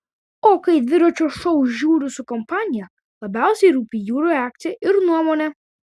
o kai dviračio šou žiūriu su kompanija labiausiai rūpi jų reakcija ir nuomonė